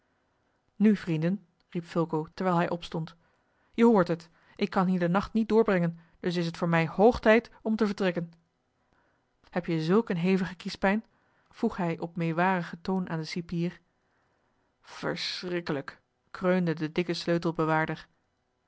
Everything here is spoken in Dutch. nu vrienden riep fulco terwijl hij opstond je hoort het ik kan hier den nacht niet doorbrengen dus is het voor mij hoog tijd om te vertrekken heb je zulk eene hevige kiespijn vroeg hij op meewarigen toon aan den cipier verschrikkelijk kreunde de dikke